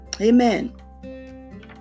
Amen